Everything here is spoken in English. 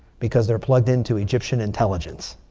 because they're plugged into egyptian intelligence.